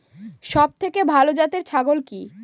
সবথেকে ভালো জাতের ছাগল কি?